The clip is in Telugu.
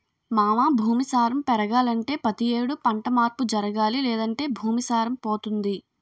మావా భూమి సారం పెరగాలంటే పతి యేడు పంట మార్పు జరగాలి లేదంటే భూమి సారం పోతుంది